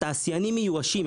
התעשיינים מיואשים,